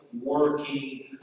working